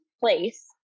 place